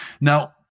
Now